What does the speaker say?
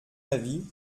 avis